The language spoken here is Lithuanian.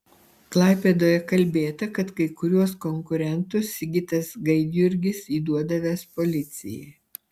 klaipėdoje kalbėta kad kai kuriuos konkurentus sigitas gaidjurgis įduodavęs policijai